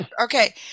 Okay